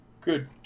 Good